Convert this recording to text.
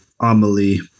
Amelie